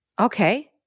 okay